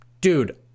dude